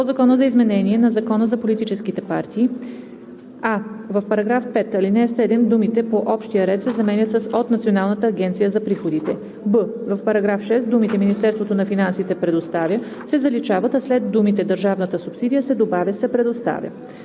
на Закона за изменение на Закона за политическите партии (обн., ДВ, бр. …): а) в § 5, ал. 7 думите „по общия ред“ се заменят с „от Националната агенция за приходите“; б) в § 6 думите „Министерството на финансите предоставя“ се заличават, а след думите „държавната субсидия“ се добавя „се предоставя“.